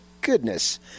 goodness